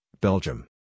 Belgium